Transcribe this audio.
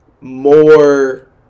more